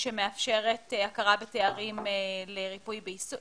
שמאפשרת הכרה בתארים לריפוי בעיסוק.